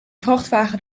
vrachtwagen